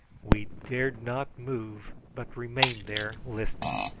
we dared not move, but remained there listening,